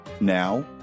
Now